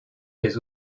des